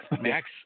Max